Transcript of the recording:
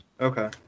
Okay